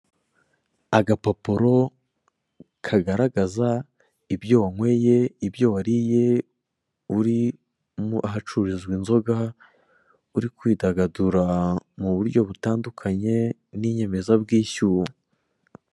Agapapuro kagaragaza ibyo wanyoye, ibyo wariye uri mu ahacururizwa inzoga uri kwidagadura mu buryo butandukanye n'inyemeza bwishyu.